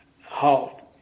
halt